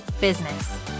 business